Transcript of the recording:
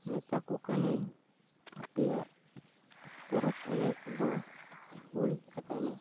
ᱢᱮᱛᱟ ᱠᱚ ᱠᱟᱹᱱᱟᱹᱧ ᱟᱯᱮᱭᱟᱜ ᱯᱚᱨᱚᱵᱽ ᱮᱱᱮᱡ ᱫᱚ ᱦᱩᱭ ᱟᱠᱟᱱᱟ